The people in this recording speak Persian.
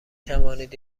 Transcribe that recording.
توانید